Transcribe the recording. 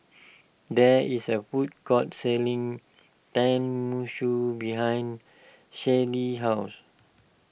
there is a food court selling Tenmusu behind Shelli's house